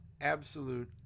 absolute